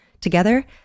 Together